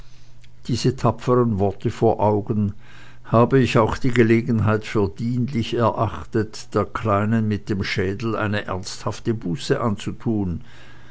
diese tapferen worte vor augen habe ich auch diese gelegenheit für dienlich erachtet der kleinen mit dem schedel eine ernsthafte buße anzuthun